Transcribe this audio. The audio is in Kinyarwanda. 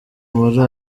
muri